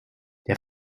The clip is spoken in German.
der